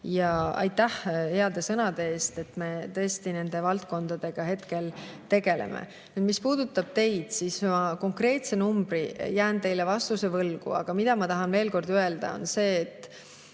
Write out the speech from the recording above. Aga aitäh heade sõnade eest! Me tõesti nende valdkondadega hetkel tegeleme. Mis puudutab teid, siis ma konkreetse numbri jään teile vastuses võlgu. Aga ma tahan veel kord öelda, et